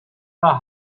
the